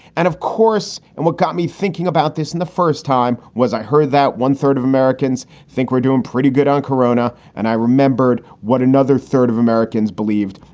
and of course, and what got me thinking about this in the first time was i heard that one third of americans think we're doing pretty good on caronna. and i remembered what another third of americans believed.